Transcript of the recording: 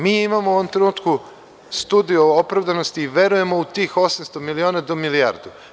Mi imamo u ovom trenutku studiju opravdanosti, verujemo u tih 800 miliona do milijardu.